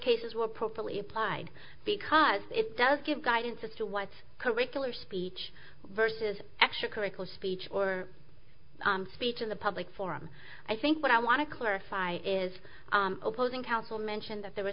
cases were properly applied because it does give guidance as to what curricular speech versus extracurriculars speech or speech in the public forum i think what i want to clarify is opposing counsel mention that there